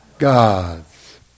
God's